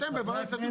אתם בוועדת הכספים,